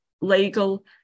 legal